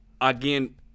again